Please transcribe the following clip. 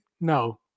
no